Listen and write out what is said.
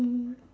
mm